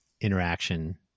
interaction